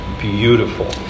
beautiful